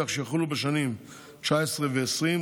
כך שיחולו בשנים 2019 ו-2020,